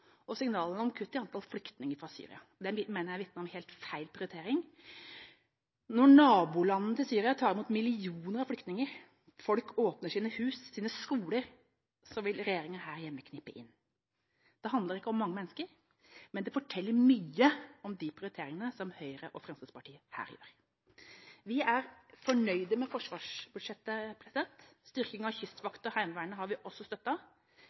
og signalene om kutt i antall flyktninger fra Syria. Det mener jeg vitner om helt feil prioritering. Når nabolandene til Syria tar imot millioner av flyktninger og folk åpner sine hus og sine skoler, vil regjeringa her hjemme knipe inn. Det handler ikke om mange mennesker, men det forteller mye om de prioriteringene som Høyre og Fremskrittspartiet her gjør. Vi er fornøyd med forsvarsbudsjettet. Styrkingen av Kystvakten og Heimevernet har vi også